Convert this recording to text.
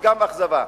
וגם אכזבה.